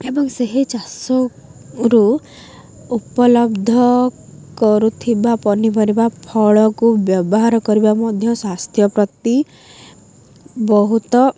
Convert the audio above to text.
ଏବଂ ସେହି ଚାଷରୁ ଉପଲବ୍ଧ କରୁଥିବା ପନିପରିବା ଫଳକୁ ବ୍ୟବହାର କରିବା ମଧ୍ୟ ସ୍ୱାସ୍ଥ୍ୟ ପ୍ରତି ବହୁତ